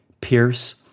Pierce